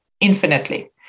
infinitely